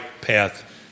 path